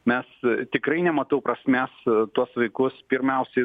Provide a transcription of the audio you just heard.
mes tikrai nematau prasmės tuos vaikus pirmiausiai